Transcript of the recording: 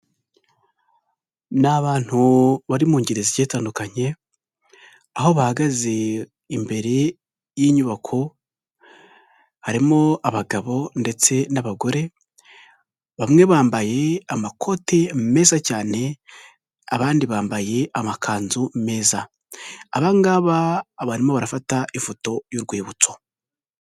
Ni abantu bari mu ngeri zigiye zitandukanye, aho bahagaze imbere y'inyubako, harimo abagabo ndetse n'abagore, bamwe bambaye amakote meza cyane, abandi bambaye amakanzu meza, aba ngaba barimo barafata ifoto y'urwibutso.